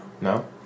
No